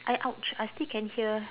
I !ouch! I still can hear